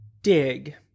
Dig